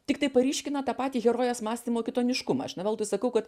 tiktai paryškina tą patį herojės mąstymo kitoniškumą aš ne veltui sakau kad